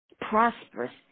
prosperous